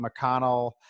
McConnell